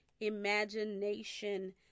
imagination